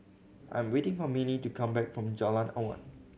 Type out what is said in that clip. I am waiting for Mannie to come back from Jalan Awan